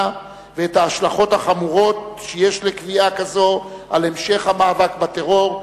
ואת ההשלכות החמורות שיש לקביעה כזו על המשך המאבק בטרור,